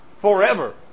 forever